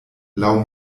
laŭ